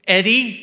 Eddie